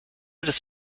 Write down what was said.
des